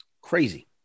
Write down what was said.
Crazy